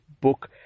book